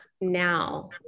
now